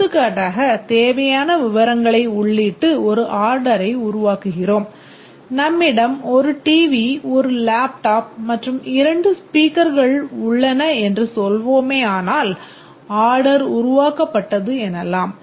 எடுத்துக்காட்டாக தேவையான விவரங்களை உள்ளிட்டு ஒரு ஆர்டரை உருவாக்குகிறோம் நம்மிடம் 1 டிவி 1 லேப்டாப் மற்றும் 2 ஸ்பீக்கர்கள் உள்ளன என்று சொல்வோமானால் ஆர்டர் உருவாக்கப்பட்டது எனலாம்